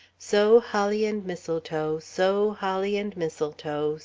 so holly and mistletoe, so holly and mistletoe,